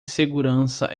segurança